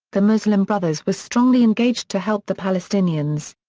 the muslim brothers were strongly engaged to help the palestinians.